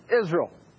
Israel